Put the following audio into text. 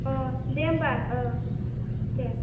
अ दे होमब्ला ओ दे